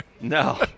No